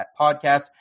podcast